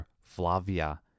Flavia